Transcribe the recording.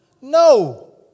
No